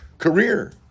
career